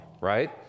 right